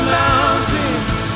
mountains